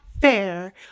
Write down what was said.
fair